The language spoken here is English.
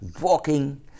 walking